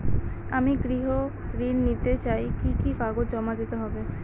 আমি গৃহ ঋণ নিতে চাই কি কি কাগজ জমা করতে হবে?